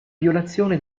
violazione